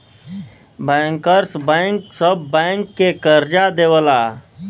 bankers bank सब bank के करजा देवला